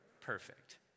Perfect